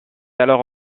alors